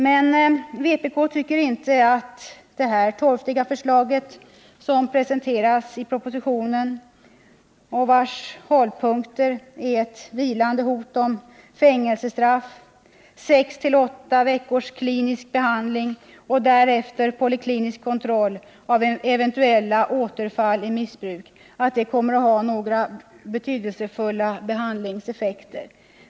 Men vpk tycker inte att det torftiga förslag som presenteras i propositionen, vars hållpunkter är ett vilande hot om fängelsestraff, 6-8 veckors klinisk behandling och därefter poliklinisk kontroll av eventuella återfall i missbruk, kommer att ha några betydelsefulla behandlingseffekter.